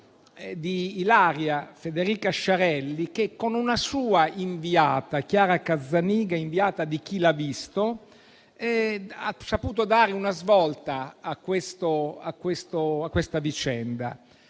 di Ilaria, Federica Sciarelli, che insieme a Chiara Cazzaniga, inviata di «Chi l'ha visto?», ha saputo dare una svolta alla vicenda.